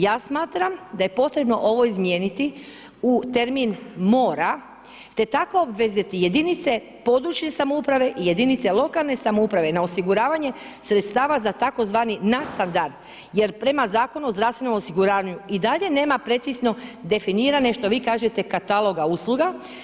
Ja smatram da je potrebno ovo izmijeniti u termin „mora“ te tako obvezati jedinice područne samouprave i jedinice lokalne samouprave na osiguravanje sredstava za tzv. nadstandard, jer prema Zakonu o zdravstvenom osiguranju i dalje nema precizno definirane što vi kažete kataloga usluga.